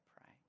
pray